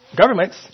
governments